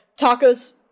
tacos